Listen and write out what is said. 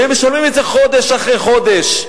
והם משלמים את זה חודש אחרי חודש,